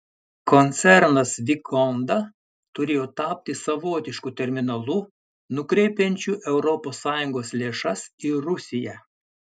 koncernas vikonda turėjo tapti savotišku terminalu nukreipiančiu europos sąjungos lėšas į rusiją